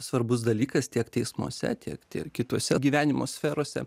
svarbus dalykas tiek teismuose tiek tiek kitose gyvenimo sferose